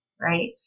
right